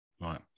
Right